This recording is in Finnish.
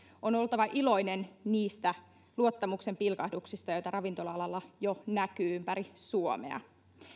on oltava iloinen niistä luottamuksen pilkahduksista joita ravintola alalla jo näkyy ympäri suomea